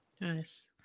Nice